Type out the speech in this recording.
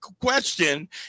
question